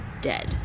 dead